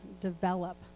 develop